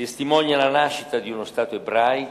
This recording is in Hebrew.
מעיד על לידת המדינה היהודית,